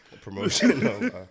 Promotion